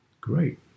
great